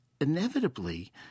inevitably